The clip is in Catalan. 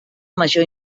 major